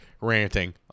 ranting